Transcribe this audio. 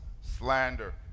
slander